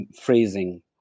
phrasing